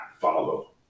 follow